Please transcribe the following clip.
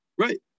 Right